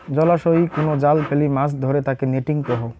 জলাশয়ই কুনো জাল ফেলি মাছ ধরে তাকে নেটিং কহু